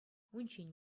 унччен